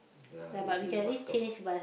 ya Redhill bus stop